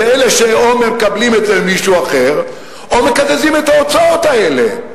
אלה שאו מקבלים את זה ממישהו אחר או מקזזים את ההוצאות האלה.